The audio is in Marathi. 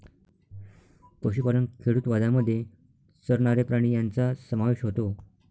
पशुपालन खेडूतवादामध्ये चरणारे प्राणी यांचा समावेश होतो